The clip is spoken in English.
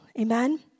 amen